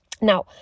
Now